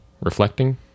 reflecting